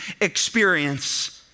experience